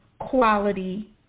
quality